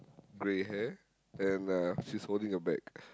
grey hair and uh she's holding a bag